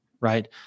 right